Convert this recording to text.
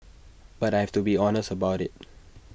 but I've to be honest about IT